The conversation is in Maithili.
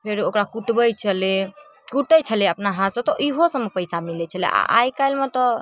फेर ओकरा कुटबै छलै कूटै छलै अपना हाथसँ तऽ इहो सबमे पैसा मिलै छलै आओर आइकाल्हिमे तऽ